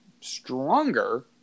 stronger